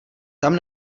tam